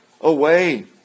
away